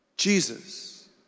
Jesus